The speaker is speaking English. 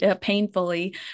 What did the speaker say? painfully